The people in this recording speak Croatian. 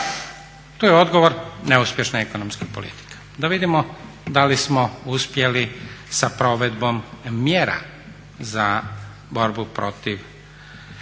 To je odgovor neuspješne ekonomske politike da vidimo da li smo uspjeli sa provedbom mjera za borbu protiv